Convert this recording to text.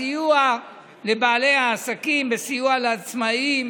בסיוע לבעלי העסקים, בסיוע לעצמאים,